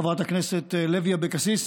חברת הכנסת לוי אבקסיס,